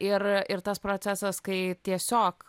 ir ir tas procesas kai tiesiog